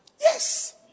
Yes